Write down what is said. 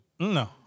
No